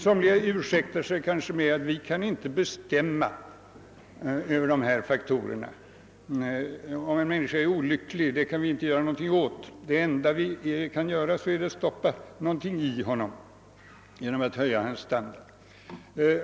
Somliga ursäktar sig med att vi inte kan fatta beslut i fråga om dessa faktorer — om en människa är olycklig kan vi inte göra något åt det. Det enda vi kan göra är att »stoppa någonting i» denna människa genom att höja hennes standard.